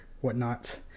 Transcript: whatnot